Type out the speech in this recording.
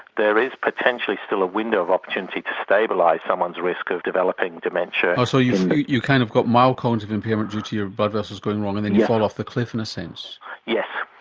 there is potentially still a window of opportunity to stabilise someone's risk of developing dementia. so you've kind of got mild cognitive impairment due to your blood vessels going wrong and then you fall and off the cliff, in a sense. yes.